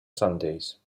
sundays